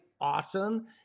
awesome